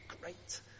Great